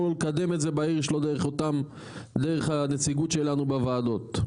לו לקדם את זה בעיר שלו דרך הנציגות שלנו בוועדות.